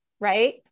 right